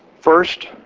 First